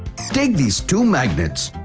take these two magnets.